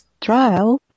Trial